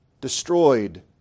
destroyed